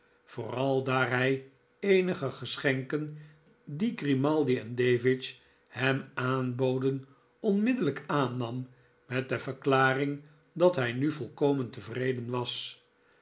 vooral daar hij eenige geschenken die grimaldi en davidge hem aanboden onmiddellijk aanam met de verklaring dat hij nu volkomen tevreden was